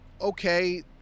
okay